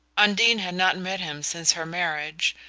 undine had not met him since her marriage,